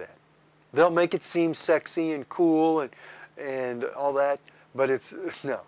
that they'll make it seem sexy and cool it and all that but it's no